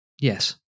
Yes